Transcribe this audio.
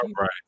right